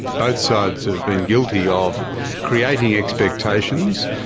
both sides have been guilty of creating expectations,